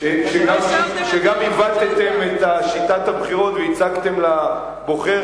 שגם עיוותתם את שיטת הבחירות והצגתם לבוחר